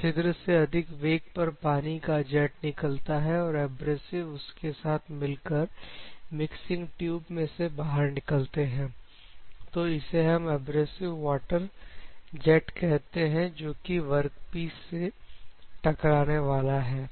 छिद्र से अधिक वेग पर पानी का जेट निकलता है और एब्रेसिव उसके साथ मिलकर मिक्सिंग ट्यूब में से बाहर निकलते हैं तो इसे हम एब्रेसिव वाटर जेट कहते हैं जो कि वर्कपीस से टकराने वाला है